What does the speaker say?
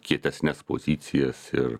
kietesnes pozicijas ir